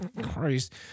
Christ